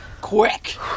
quick